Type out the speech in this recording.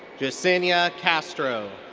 jesenia castro.